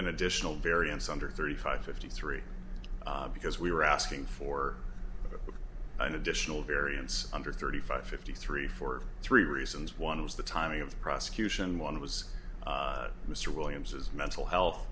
an additional variance under thirty five fifty three because we were asking for an additional variance under thirty five fifty three for three reasons one was the timing of the prosecution one was mr williams as mental health